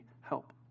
help